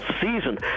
season